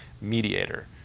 mediator